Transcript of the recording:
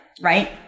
right